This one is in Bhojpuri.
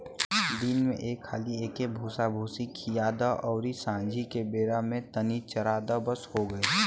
दिन में एक हाली एके भूसाभूसी खिया द अउरी सांझी के बेरा में तनी चरा द बस हो गईल